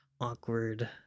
awkward